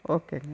ஓகேங்க